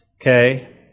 okay